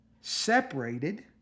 separated